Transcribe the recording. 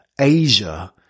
Asia